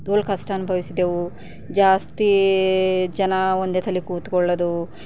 ತೋಲ್ ಕಷ್ಟ ಅನುಭವಿಸಿದೆವು ಜಾಸ್ತಿ ಜನ ಒಂದೇ ಸಲ ಕೂತ್ಕೊಳ್ಳೋದು